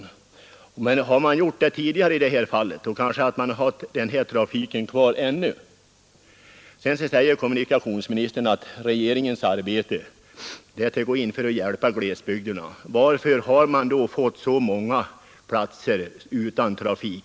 Hade det i detta fall skett tidigare skulle man kanske ännu ha haft denna trafik kvar. Sedan säger kommunikationsministern att regeringens uppgift är att hjälpa folk i glesbygderna. Varför har vi då fått så många orter utan trafik?